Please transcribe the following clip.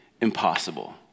impossible